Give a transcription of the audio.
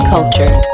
Culture